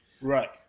Right